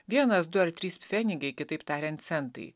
vienas du ar trys pfenigiai kitaip tariant centai